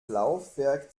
laufwerk